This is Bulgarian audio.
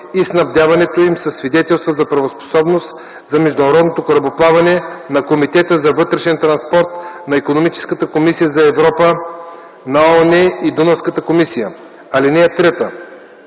и снабдяването им със свидетелства за правоспособност за международното корабоплаване на Комитета за вътрешен транспорт на Икономическата комисия за Европа на ООН и Дунавската комисия. (3)